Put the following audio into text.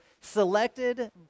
selected